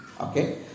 Okay